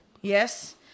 Yes